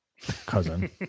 cousin